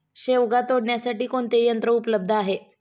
शेवगा तोडण्यासाठी कोणते यंत्र उपलब्ध आहे?